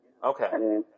Okay